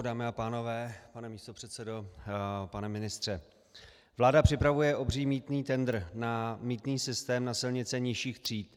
Dámy a pánové, pane místopředsedo, pane ministře, vláda připravuje obří mýtný tendr na mýtný systém na silnice nižších tříd.